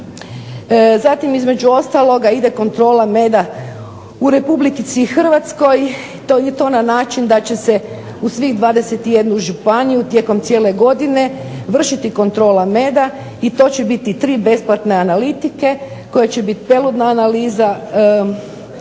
Zatim između ostaloga ide kontrola meda u Republici Hrvatskoj i to na način da će se u svih 21 županiju tijekom cijele godine vršiti kontrola meda i to će biti tri besplatne analitike koja će biti peludna analiza, udio